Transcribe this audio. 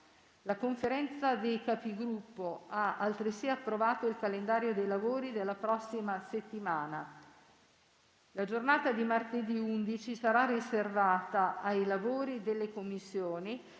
La Conferenza dei Capigruppo ha approvato altresì il calendario dei lavori della prossima settimana. La giornata di martedì 11 sarà riservata ai lavori delle Commissioni,